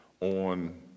on